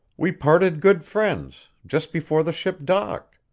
we parted good friends just before the ship docked.